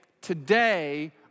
today